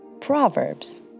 Proverbs